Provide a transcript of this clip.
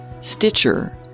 Stitcher